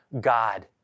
God